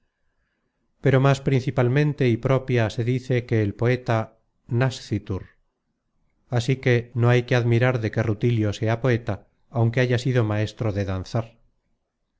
pero más principalmente y propia se dice que el poeta nascitur así que no hay que admirar de que rutilio sea poeta aunque haya sido maestro de danzar